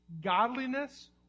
Godliness